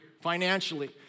financially